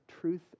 truth